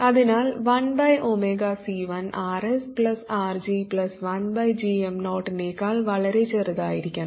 അതിനാൽ 1C1 Rs RG 1gm0 നേക്കാൾ വളരെ ചെറുതായിരിക്കണം